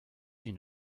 une